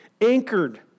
anchored